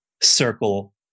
circle